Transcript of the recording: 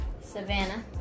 savannah